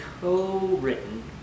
co-written